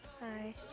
Hi